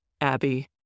Abby